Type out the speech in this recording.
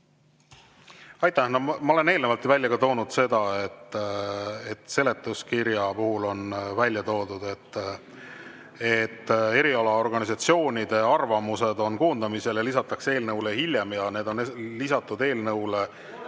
Aitäh! Ma olen ka eelnevalt välja toonud seda, et seletuskirjas on välja toodud, et erialaorganisatsioonide arvamused on koondamisel ja lisatakse eelnõule hiljem. Need on lisatud eelnõule.